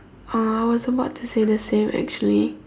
uh I was about to say the same actually